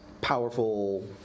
powerful